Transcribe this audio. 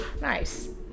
nice